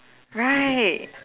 right